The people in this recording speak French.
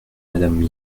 madame